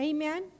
Amen